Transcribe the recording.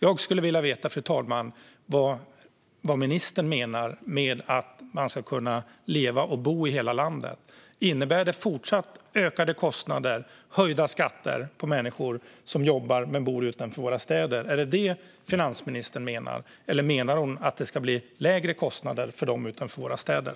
Jag skulle vilja veta vad ministern menar med att man ska kunna leva och bo i hela landet. Innebär det fortsatt ökade kostnader och höjda skatter för människor som jobbar och bor utanför våra städer? Är det vad finansministern menar? Eller menar hon att det ska bli lägre kostnader för dem utanför våra städer?